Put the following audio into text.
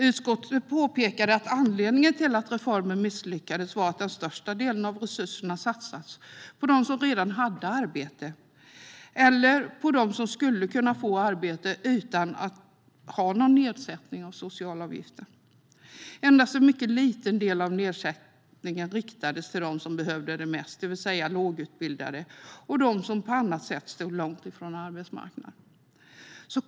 Utskottet påpekade att anledningen till att reformen misslyckades var att den största delen av resurserna satsades på dem som redan hade arbete eller på dem som skulle kunna få arbete utan någon nedsättning av socialavgifter. Endast en mycket liten del av nedsättningen riktades till dem som behövde den mest, det vill säga lågutbildade och de som på annat sätt stod långt ifrån arbetsmarknaden.